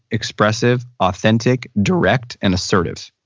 expressive, authentic, direct, and assertive.